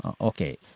Okay